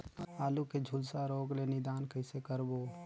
आलू के झुलसा रोग ले निदान कइसे करबो?